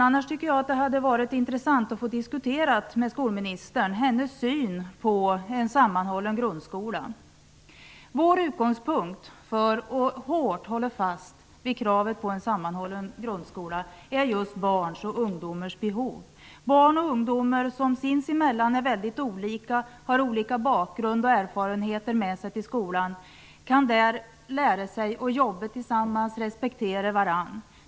Annars hade det varit intressant att få diskutera skolministerns syn på en sammanhållen grundskola. Vår utgångspunkt för att hårt hålla fast vid kravet på en sammanhållen grundskola är just barns och ungdomars behov. Barn och ungdomar som sinsemellan är olika, har olika bakgrund och erfarenheter med sig till skolan, kan där lära sig att jobba tillsammans och respektera varandra.